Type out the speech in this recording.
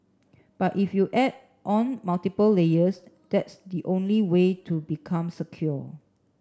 but if you add on multiple layers that's the only way to become secure